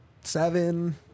seven